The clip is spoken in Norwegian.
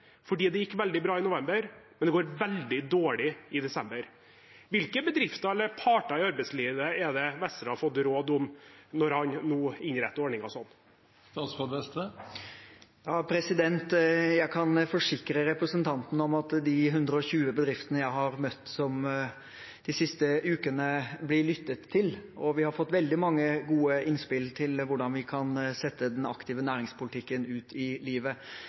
fordi det gikk veldig bra i november, men det går veldig dårlig i desember. Hvilke bedrifter eller parter i arbeidslivet er det Vestre har fått råd om når han nå innretter ordningen sånn? Jeg kan forsikre representanten om at de 120 bedriftene jeg har møtt de siste ukene, blir lyttet til, og vi har fått veldig mange gode innspill til hvordan vi kan sette den aktive næringspolitikken ut i livet.